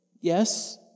Yes